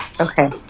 okay